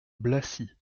blacy